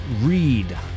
Read